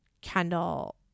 Kendall